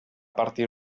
partir